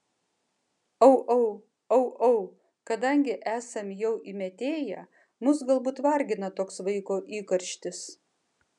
au au au au kadangi esam jau įmetėję mus galbūt vargina toks vaiko įkarštis